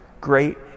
Great